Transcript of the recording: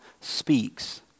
speaks